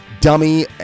Dummy